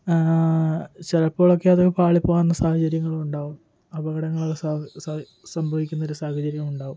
ചിലപ്പോളോക്കെ അത് പാളിപ്പോകാൻ സാഹചര്യങ്ങളുണ്ടാവും അപകടങ്ങൾ സാധ്യ സാധ്യ സംഭവിക്കുന്ന ഒരു സാഹചര്യമുണ്ടാവും